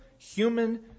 human